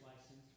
license